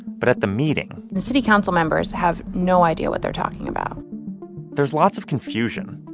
but at the meeting. the city council members have no idea what they're talking about there's lots of confusion.